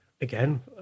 again